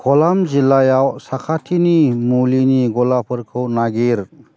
क'लाम जिल्लायाव साखाथिनि मुलिनि गलाफोरखौ नागिर